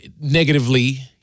negatively